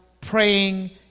Praying